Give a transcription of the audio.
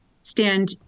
stand